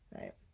right